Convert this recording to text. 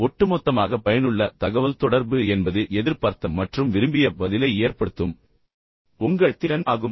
ஒட்டுமொத்தமாக பயனுள்ள தகவல்தொடர்பு என்பது எதிர்பார்த்த மற்றும் விரும்பிய பதிலை ஏற்படுத்தும் உங்கள் திறன் ஆகும்